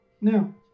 Now